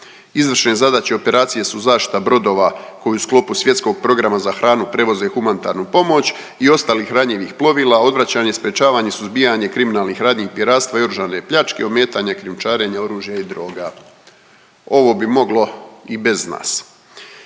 Izvršne zadaće operacije su zaštita brodova koji u sklopu Svjetskog programa za hranu prevoze humanitarnu pomoć i ostalih hranjivih plovila, odvraćanje, sprječavanje, suzbijanje kriminalnih radnji i piratstva i oružane pljačke i ometanje krijumčarenja oružja i droga. Ovo bi moglo i bez nas.